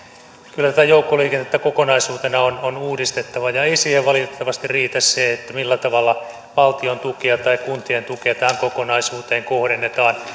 kyllä tätä joukkoliikennettä kokonaisuutena on on uudistettava ja ei siihen valitettavasti riitä se millä tavalla valtion tukia tai kuntien tukia tähän kokonaisuuteen kohdennetaan